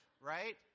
right